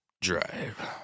drive